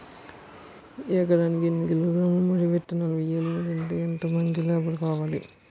ఎకరానికి ఎన్ని కిలోగ్రాములు వరి విత్తనాలు వేయాలి? మరియు ఎంత మంది లేబర్ కావాలి?